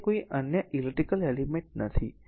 તેથી ત્યાં કોઈ અન્ય ઈલેક્ટ્રીકલ એલિમેન્ટ નથી